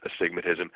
astigmatism